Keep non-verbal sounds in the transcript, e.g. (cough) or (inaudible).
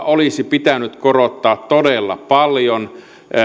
(unintelligible) olisi pitänyt korottaa todella paljon